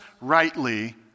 rightly